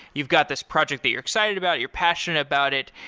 you've got this project that you're excited about, you're passionate about it.